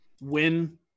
win